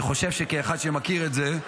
אני חושב שכאחד שמכיר את זה,